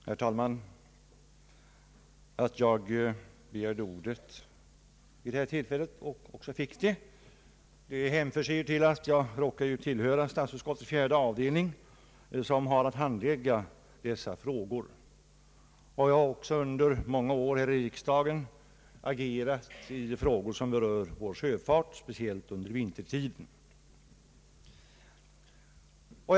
Herr talman! Att jag begärde, och även fick, ordet vid detta tillfälle hänför sig till att jag råkar tillhöra statsutskottets fjärde avdelning, som har att handlägga sådana här frågor. Jag har också här i riksdagen under många år agerat i frågor som berör vår sjöfart, särskilt dess vinterförhållanden.